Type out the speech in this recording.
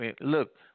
Look